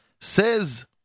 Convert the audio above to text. Says